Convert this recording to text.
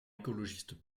écologistes